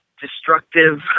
destructive